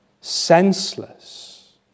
senseless